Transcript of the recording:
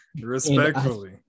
Respectfully